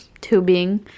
tubing